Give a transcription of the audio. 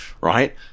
right